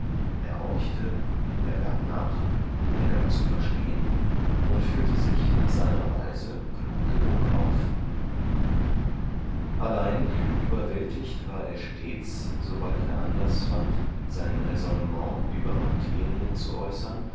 er horchte er gab nach er gab zu verstehen und führte sich nach seiner weise klug genug auf allein überwältigt war er stets sobald er anlaß fand sein räsonnement über materien zu